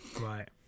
right